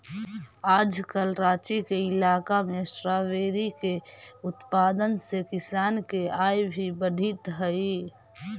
आजकल राँची के इलाका में स्ट्राबेरी के उत्पादन से किसान के आय भी बढ़ित हइ